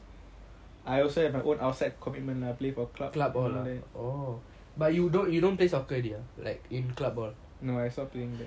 I also have my own outside commitment lah play for club lah no I stop playing already